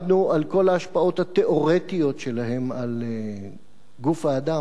על כל ההשפעות התיאורטיות שלה על גוף האדם,